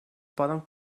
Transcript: poden